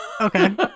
Okay